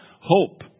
Hope